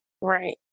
Right